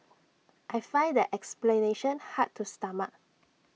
I find that explanation hard to stomach